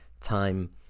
time